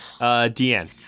Deanne